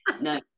no